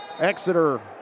Exeter